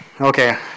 okay